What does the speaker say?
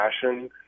passion